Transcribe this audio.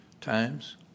times